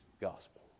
gospel